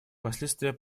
последствия